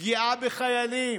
פגיעה בחיילים.